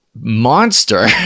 monster